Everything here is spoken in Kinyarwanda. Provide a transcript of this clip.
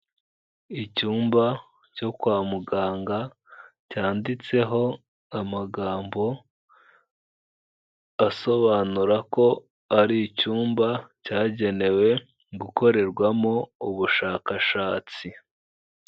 Icyumba cyo kwa muganga, cyanditseho amagambo asobanura ko ari icyumba cyagenewe gukorerwamo ubushakashatsi.